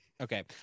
Okay